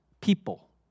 people